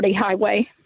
Highway